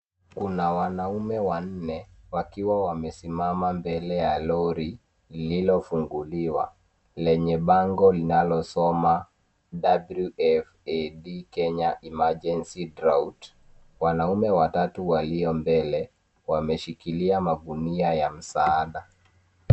Kuna wanaume wanne wakiwa wamesimama mbele ya lori lililofunguliwa lenye bango linalo soma WF-AID Kenya emergency drought . Wanaume watatu walio mbele wameshikilia magunia ya msaada.